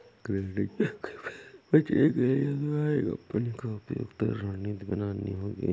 credit जोखिम से बचने के लिए तुम्हारी कंपनी को उपयुक्त रणनीति बनानी होगी